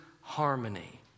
harmony